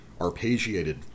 arpeggiated